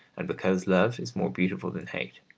and because love is more beautiful than hate.